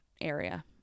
area